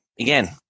again